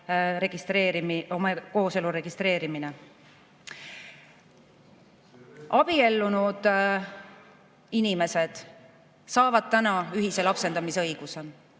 kooselu registreerimine. Abiellunud inimesed saavad täna ühise lapsendamisõiguse.